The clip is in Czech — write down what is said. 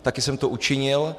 Také jsem to učinil.